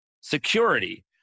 security